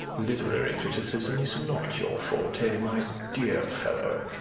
literary criticism is not your forte, my dear fellow.